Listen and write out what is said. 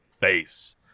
face